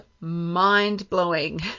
mind-blowing